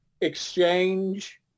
exchange